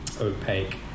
opaque